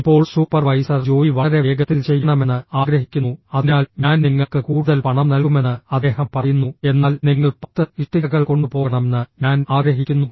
ഇപ്പോൾ സൂപ്പർവൈസർ ജോലി വളരെ വേഗത്തിൽ ചെയ്യണമെന്ന് ആഗ്രഹിക്കുന്നു അതിനാൽ ഞാൻ നിങ്ങൾക്ക് കൂടുതൽ പണം നൽകുമെന്ന് അദ്ദേഹം പറയുന്നു എന്നാൽ നിങ്ങൾ 10 ഇഷ്ടികകൾ കൊണ്ടുപോകണമെന്ന് ഞാൻ ആഗ്രഹിക്കുന്നു